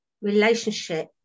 relationship